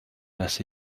dass